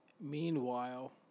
Meanwhile